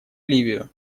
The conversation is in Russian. ливию